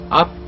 up